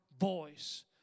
voice